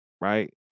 right